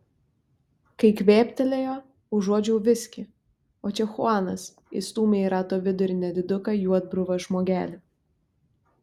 kai kvėptelėjo užuodžiau viskį o čia chuanas įstūmė į rato vidurį nediduką juodbruvą žmogelį